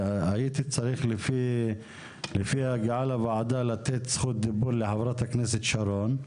הייתי צריך לפי ההגעה לוועדה לתת זכות דיבור לחברת הכנסת שרון.